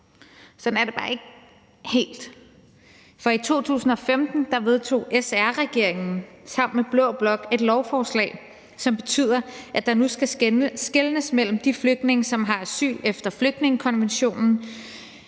Sådan er det bare ikke helt. For i 2015 vedtog SR-regeringen sammen med blå blok et lovforslag, som betyder, at der nu skal skelnes mellem på den ene side de flygtninge, som har asyl efter flygtningekonventionen,